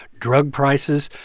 drug prices,